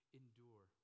endure